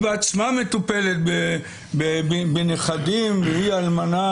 היא בעצמה מטופלת בנכדים והיא אלמנה,